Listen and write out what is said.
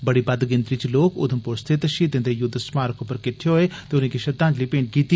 बड़ी बद्द गिनतरी च लोक उधमपुर स्थित षहीदें दे युद्ध स्मारक पर किट्डे होए र्त उनेंगी श्रद्दांजलि भेंट कीती